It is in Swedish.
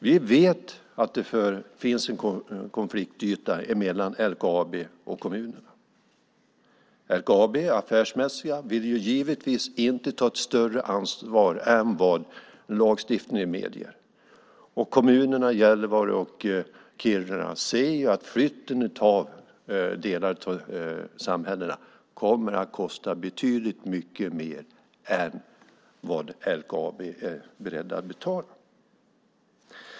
Vi vet att det finns en konfliktyta mellan LKAB och kommunerna. LKAB är affärsmässigt och vill givetvis inte ta större ansvar än lagstiftningen kräver. Och kommunerna Gällivare och Kiruna säger att flytten av delar av samhällena kommer att kosta betydligt mer än LKAB är berett att betala.